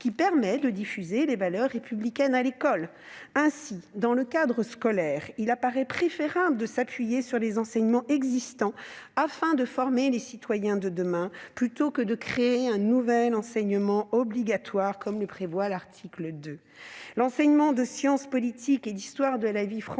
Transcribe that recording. qui permet de diffuser les valeurs républicaines à l'école. Ainsi, dans le cadre scolaire, il apparaît préférable de s'appuyer sur les enseignements existants afin de former les citoyens de demain plutôt que de créer un nouvel enseignement obligatoire, comme le prévoit l'article 2 de la proposition de loi. L'enseignement en sciences politiques et en histoire de la vie française